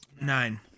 Nine